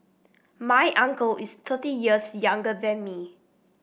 my uncle is thirty years younger than me